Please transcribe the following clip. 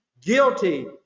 guilty